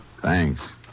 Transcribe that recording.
Thanks